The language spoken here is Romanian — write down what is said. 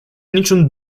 niciun